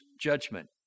judgment